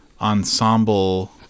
ensemble